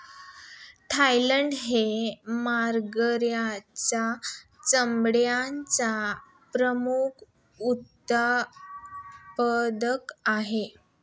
Thailand हा मगरीच्या चामड्याचा प्रमुख उत्पादक आहे